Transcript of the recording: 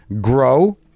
grow